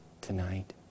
tonight